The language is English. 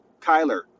Kyler